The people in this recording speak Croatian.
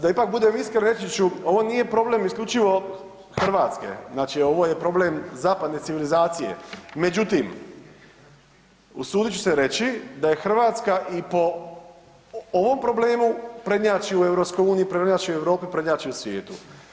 Da ipak budem iskren, reći ću, ovo nije problem isključivo Hrvatske, znači ovo je problem zapadne civilizacije, međutim, usudit ću se reći da je Hrvatska i po ovom problemu prednjači u EU, prednjači u Europi, prednjači u svijetu.